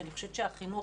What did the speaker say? שאני חושבת שהחינוך,